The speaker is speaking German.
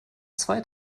zwei